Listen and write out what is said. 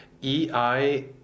E-I